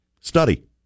Study